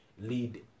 lead